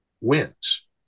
wins